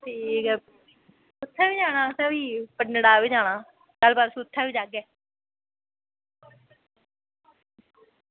ते उत्थें बी जाना भी पत्नीटॉप बी जाना ऐतवार अस उत्थें बी जाह्गे